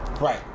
Right